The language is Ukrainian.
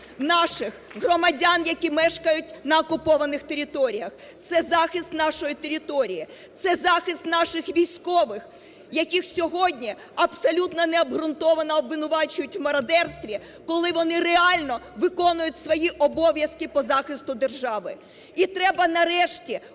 наших громадян, які мешкають на окупованих територіях, це захист нашої території, це захист наших військових, яких сьогодні абсолютно необґрунтовано обвинувачують у мародерстві, коли вони реально виконують свої обов'язки по захисту держави. І треба нарешті